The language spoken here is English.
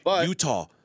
Utah